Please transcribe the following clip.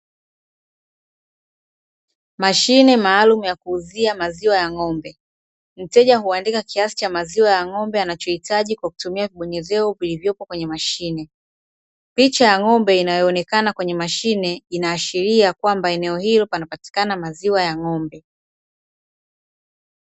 Mashine maalumu ya kuuzia maziwa ya ng'ombe. Mteja huandika kiasi cha maziwa ya ng'ombe anachohitaji kwa kutumia vibonyezeo vilivyopo kwenye mashine. Picha ya ng'ombe inayoonekana kwenye mashine inaashiria kwamba eneo hilo panapatikana maziwa ya ng'ombe.